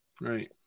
Right